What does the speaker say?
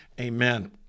amen